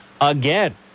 again